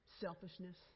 Selfishness